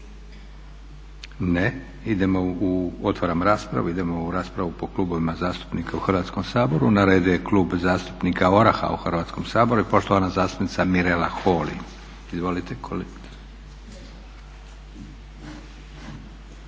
ne. Otvaram raspravu. Idemo u raspravu po klubovima zastupnika u Hrvatskom saboru. Na redu je Klub zastupnika ORaH-a u Hrvatskom saboru i poštovana zastupnica Mirela Holy. Izvolite kolegice.